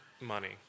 money